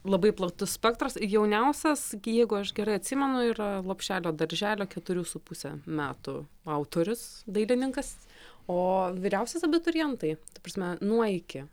labai platus spektras jauniausias jeigu aš gerai atsimenu yra lopšelio darželio keturių su puse metų autorius dailininkas o vyriausias abiturientai ta prasme nuo iki